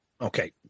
Okay